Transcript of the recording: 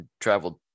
traveled